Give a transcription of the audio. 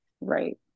Right